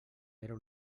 eren